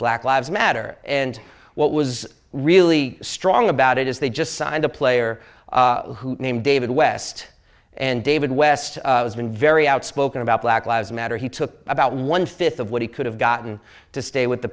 black lives matter and what was really strong about it is they just signed a player named david west and david west has been very outspoken about black lives matter he took about one fifth of what he could have gotten to stay with the